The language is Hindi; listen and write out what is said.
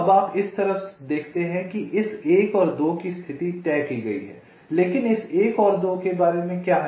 अब आप इस तरफ देखते हैं कि इस 1 और 2 की स्थिति तय की गई है लेकिन इस 1 और 2 के बारे में क्या है